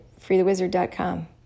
freethewizard.com